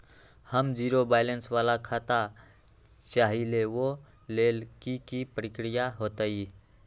हम zero balance वाला खाता चाहइले वो लेल की की प्रक्रिया होतई?